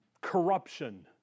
corruption